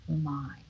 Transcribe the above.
mind